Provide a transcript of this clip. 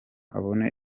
abone